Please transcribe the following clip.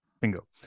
Bingo